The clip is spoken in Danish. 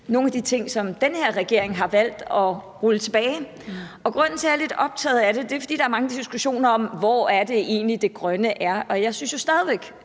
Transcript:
nogle af de ting, som den her regering har valgt at rulle tilbage. Og grunden til, at jeg er lidt optaget af det, er, at der er mange diskussioner om, hvor det egentlig er, det grønne er. Jeg synes stadig væk,